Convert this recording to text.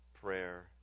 Prayer